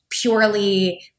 Purely